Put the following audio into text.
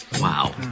Wow